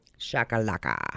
Shakalaka